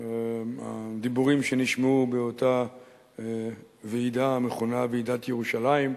הדיבורים שנשמעו באותה ועידה המכונה "ועידת ירושלים"